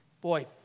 Boy